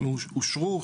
אושרו,